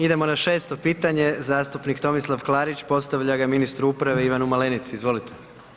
Idemo na 6. pitanje, zastupnik Tomislav Klarić postavlja ga ministru uprave, Ivanu Malenici, izvolite.